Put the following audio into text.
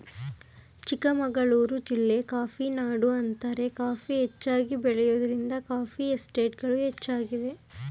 ಚಿಕ್ಕಮಗಳೂರು ಜಿಲ್ಲೆ ಕಾಫಿನಾಡು ಅಂತಾರೆ ಕಾಫಿ ಹೆಚ್ಚಾಗಿ ಬೆಳೆಯೋದ್ರಿಂದ ಕಾಫಿ ಎಸ್ಟೇಟ್ಗಳು ಹೆಚ್ಚಾಗಿವೆ